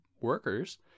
workers